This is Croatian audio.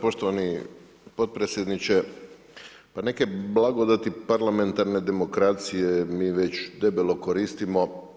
Poštovani potpredsjedniče, pa neke blagodati parlamentarne demokracije mi već debelo koristimo.